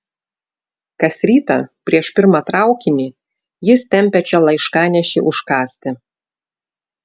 kas rytą prieš pirmą traukinį jis tempia čia laiškanešį užkąsti